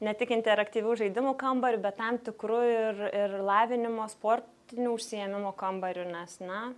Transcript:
ne tik interaktyvių žaidimų kambariu bet tam tikru ir ir lavinimo sportinių užsiėmimų kambariu nes na